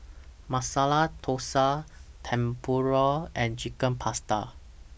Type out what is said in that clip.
Masala Dosa Tempura and Chicken Pasta